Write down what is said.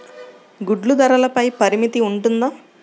గుడ్లు ధరల పై పరిమితి ఉంటుందా?